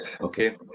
Okay